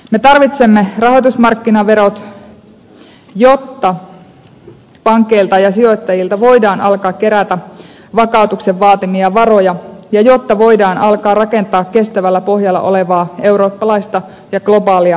me tarvitsemme rahoitusmarkkinaverot jotta pankeilta ja sijoittajilta voidaan alkaa kerätä vakautuksen vaatimia varoja ja jotta voidaan alkaa rakentaa kestävällä pohjalla olevaa eurooppalaista ja globaalia talouspolitiikkaa